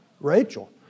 Rachel